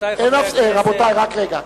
רבותי חברי הכנסת,